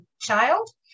child